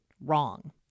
wrong